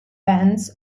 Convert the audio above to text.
bands